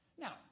Now